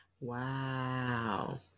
Wow